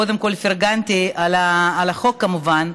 קודם כול, פרגנתי על החוק, כמובן,